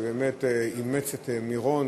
שבאמת אימץ את מירון,